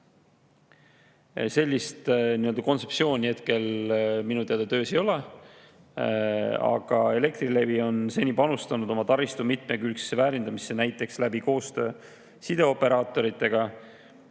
Sellist kontseptsiooni minu teada töös ei ole. Aga Elektrilevi on seni panustanud oma taristu mitmekülgsesse väärindamisse näiteks koostöö abil sideoperaatoritega,